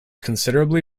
considerably